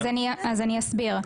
אז אני אסביר.